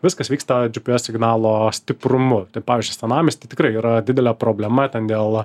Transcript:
viskas vyksta dži pi es signalo stiprumu pavyzdžiui senamiesty tikrai yra didelė problema ten dėl